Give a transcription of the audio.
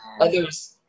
others